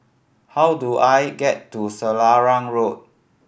how do I get to Selarang Road